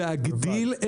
להגדיל.